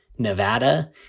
Nevada